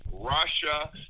russia